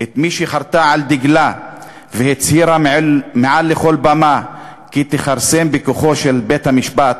את מי שחרתה על דגלה והצהירה מעל כל במה כי תכרסם בכוחו של בית-המשפט,